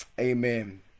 amen